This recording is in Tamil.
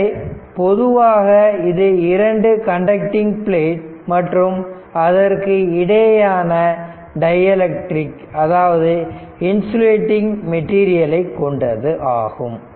எனவே பொதுவாக இது இரண்டு கண்டக்டிங் பிளேட் மற்றும் அதற்கு இடையேயான டைஎலக்ட்ரிக் அதாவது இன்சுலேடிங் மெட்டீரியல் ஐ கொண்டது ஆகும்